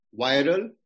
viral